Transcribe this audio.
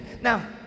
Now